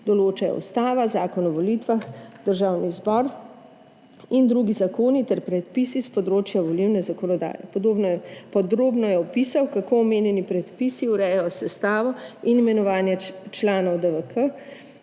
določa Ustava, Zakon o volitvah v Državni zbor in drugi zakoni ter predpisi s področja volilne zakonodaje. Podobno je podrobneje opisal kako omenjeni predpisi urejajo sestavo in imenovanje članov DVK,